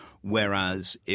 Whereas